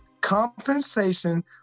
compensation